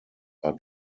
are